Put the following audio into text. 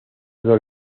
dos